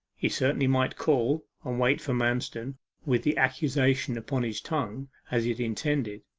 he certainly might call, and wait for manston with the accusation upon his tongue, as he had intended.